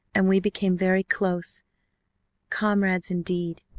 and we became very close comrades indeed.